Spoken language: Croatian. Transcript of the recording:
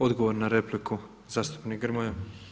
Odgovor na repliku zastupnik Grmoja.